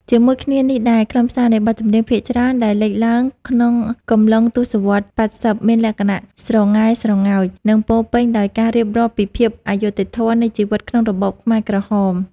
ជាមួយគ្នានេះដែរ ខ្លឹមសារនៃបទចម្រៀងភាគច្រើនដែលលេចឡើងក្នុងកំឡុងទសវត្សរ៍ ៨០ មានលក្ខណៈស្រងែស្រងោច និងពោរពេញដោយការរៀបរាប់ពីភាពអយុត្តិធម៌នៃជីវិតក្នុងរបបខ្មែរក្រហម។